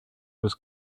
was